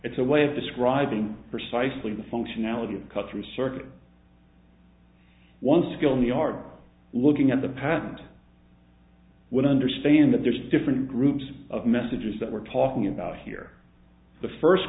it's a way of describing for cycling the functionality of cut through circuit one skilled in the art looking at the patent would understand that there's different groups of messages that we're talking about here the first